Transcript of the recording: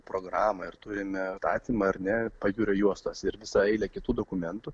programą ir turime atstatymą ar ne pajūrio juostos ir visą eilę kitų dokumentų